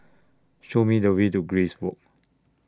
Show Me The Way to Grace Walk